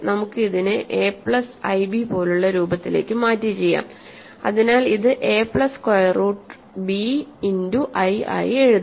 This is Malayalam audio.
നമുക്ക് ഇതിനെ എ പ്ലസ് ഐബി പോലുള്ള രൂപത്തിലേക്ക് മാറ്റി ചെയ്യാം അതിനാൽ ഇത് A plus square root B into i ആയി എഴുതാം